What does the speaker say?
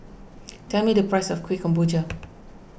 tell me the price of Kueh Kemboja